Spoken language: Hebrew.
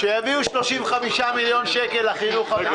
שיביאו 35 מיליון שקל לחינוך המיוחד החרדי.